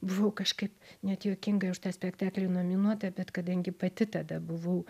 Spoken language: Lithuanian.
buvau kažkaip net juokingai už tą spektaklį nominuota bet kadangi pati tada buvau